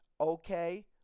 Okay